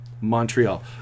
Montreal